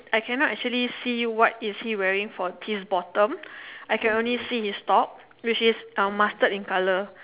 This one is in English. I can not actually see what is he wearing for his bottom I can only see his top which is mustard in colour